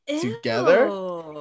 together